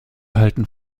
halten